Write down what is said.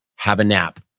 have a nap.